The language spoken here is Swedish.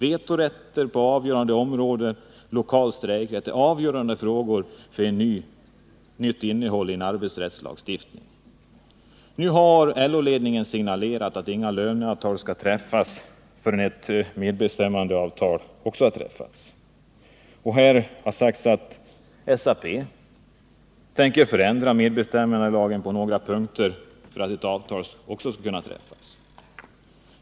Vetorätter på avgörande områden och lokal strejkrätt är avgörande frågor för ett nytt innehåll i arbetsrättslagstiftningen. Nu har LO-ledningen signalerat att inga löneavtal skall träffas förrän ett medbestämmandeavtal kommit till stånd. Det har även sagts att SAP vill förändra medbestämmandelagen på några punkter för att avtal skall kunna träffas.